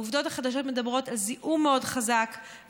העובדות החדשות מדברות על זיהום מאוד חזק,